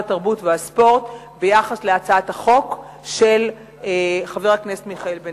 התרבות והספורט ביחס להצעת החוק של חבר הכנסת מיכאל בן-ארי.